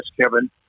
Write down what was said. Kevin